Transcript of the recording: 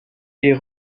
est